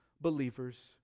believers